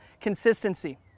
consistency